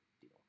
deal